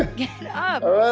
get up.